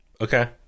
Okay